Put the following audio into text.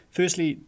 firstly